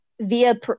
via